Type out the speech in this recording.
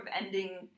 ending